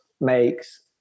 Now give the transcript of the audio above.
makes